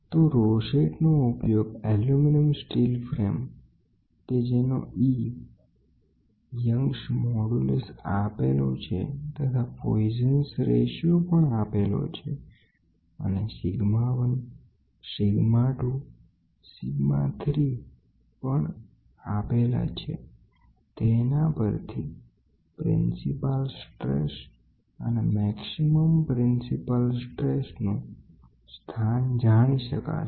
તો રોસેટ નો ઉપયોગ એલ્યુમિનિયમ સ્ટીલ ફ્રેમ કે જેનો Em યંગનો મોડ્યુલસ આપેલો છે તથા પોઇઝન રેશીઓ આપેલો છે અને સિગ્મા 1 સિગ્મા 2 સિગ્મા 3 પણ આપેલા છે તેના પરથી પ્રિન્સિપાલ સ્ટ્રેસ અને x અક્ષ સંબંધિત મહત્તમ પ્રિન્સિપલ સ્ટ્રેસનો ખૂણો જાણી શકાશે